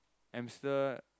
hamster